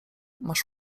masz